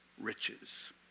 riches